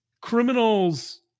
criminals